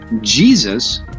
Jesus